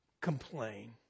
complain